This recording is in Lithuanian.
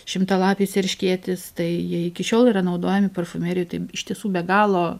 šimtalapis erškėtis tai jie iki šiol yra naudojami parfumerijoj tai iš tiesų be galo